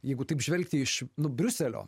jeigu taip žvelgti iš nu briuselio